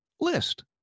list